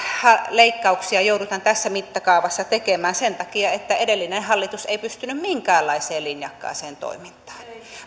leikkauksia joudutaan tässä mittakaavassa tekemään sen takia että edellinen hallitus ei pystynyt minkäänlaiseen linjakkaaseen toimintaan